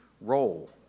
role